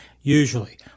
usually